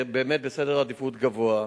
בעדיפות גבוהה.